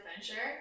adventure